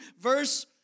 verse